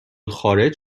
خارج